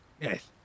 Yes